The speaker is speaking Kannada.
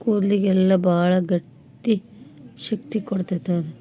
ಕೂದಲಿಗೆಲ್ಲ ಭಾಳ ಗಟ್ಟಿ ಶಕ್ತಿ ಕೊಡ್ತೈತದು